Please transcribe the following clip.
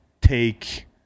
take